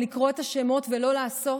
לקרוא את השמות ולא לעשות?